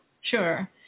Sure